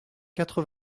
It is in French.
quatre